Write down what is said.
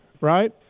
right